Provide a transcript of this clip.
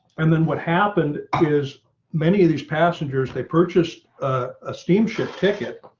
and then what happened is many of these passengers, they purchase a steamship ticket.